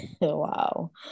Wow